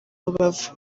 rubavu